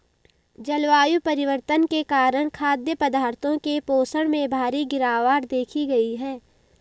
जलवायु परिवर्तन के कारण खाद्य पदार्थों के पोषण में भारी गिरवाट देखी गयी है